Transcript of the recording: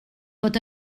pot